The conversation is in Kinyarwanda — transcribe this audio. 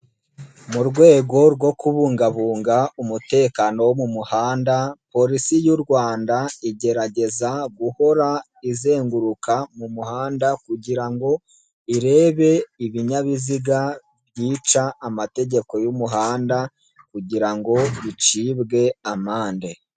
Mu rwego rwo kubungabunga umutekano wo mu muhanda, Polisi y'u Rwanda igerageza guhora izenguruka mu muhanda kugira ngo irebe ibinyabiziga byica amategeko y'umuhanda kugira ngo bicibwe amande.